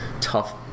tough